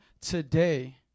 today